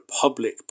public